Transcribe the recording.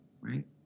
right